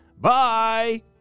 Bye